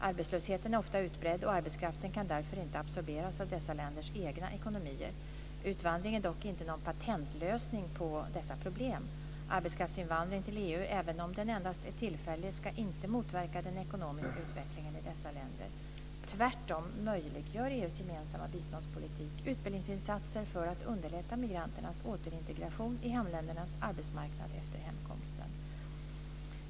Arbetslösheten är ofta utbredd, och arbetskraften kan därför inte absorberas av dessa länders egna ekonomier. Utvandring är dock inte någon patentlösning på dessa problem. Arbetskraftsinvandring till EU, även om den endast är tillfällig, ska inte motverka den ekonomiska utvecklingen i dessa länder. Tvärtom möjliggör EU:s gemensamma biståndspolitik utbildningsinsatser för att underlätta migranternas återintegration i hemländernas arbetsmarknad efter hemkomsten.